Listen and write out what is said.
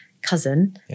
cousin